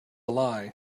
lie